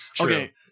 Okay